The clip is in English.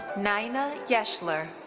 nayana yeshlur.